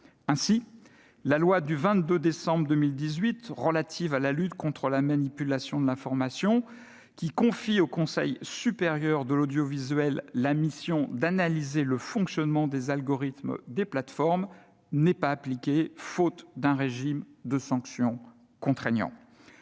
Ainsi, la loi du 22 décembre 2018 relative à la lutte contre la manipulation de l'information, qui confie au Conseil supérieur de l'audiovisuel la mission d'analyser le fonctionnement des algorithmes des plateformes n'est pas appliquée, faute d'un régime de sanctions contraignant.